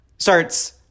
starts